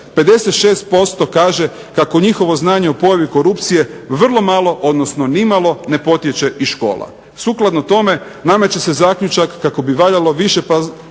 56% kaže kako njihovo znanje o pojavi korupcije vrlo malo, odnosno ni malo ne potječe iz škola. Sukladno tome, nameće se zaključak kako bi valjalo više pozornosti